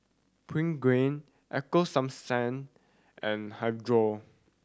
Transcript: Pregain Ego Sunsense and Hirudoid